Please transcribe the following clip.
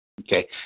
Okay